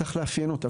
צריך לאפיין אותה.